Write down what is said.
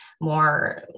more